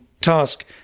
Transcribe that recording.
task